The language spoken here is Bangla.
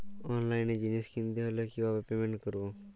অনলাইনে জিনিস কিনতে হলে কিভাবে পেমেন্ট করবো?